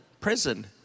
prison